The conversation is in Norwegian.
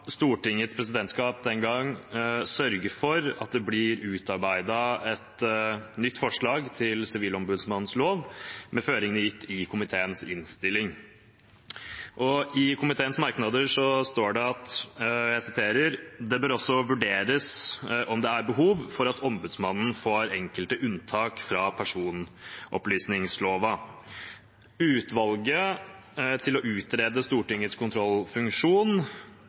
Stortingets presidentskap den gang sørge for at det blir utarbeidet et nytt forslag til sivilombudsmannslov, med føringene gitt i komiteens innstilling. I komiteens merknader står det: «Det bør også vurderes om det er behov for at ombudsmannen får enkelte unntak fra personopplysningsloven.» Utvalget til å utrede Stortingets kontrollfunksjon